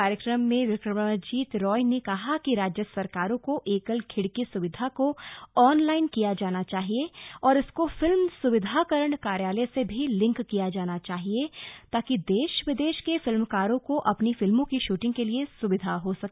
कार्यक्रम में विक्रमाजीत रॉय ने कहा कि राज्य सरकारों को एकल खिड़की सुविधा को ऑनलाइन किया जाना चाहिए और इसको फिल्म सुविधाकरण कार्यालय से भी लिंक किया जाना चाहिए ताकि देश विदेश के फिल्मकारों को अपनी फिल्मों की शूटिंग के लिए सुविधा हो सके